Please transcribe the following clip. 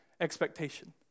expectation